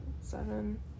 Seven